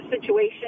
situation